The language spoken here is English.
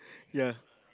ya